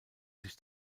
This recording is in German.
sich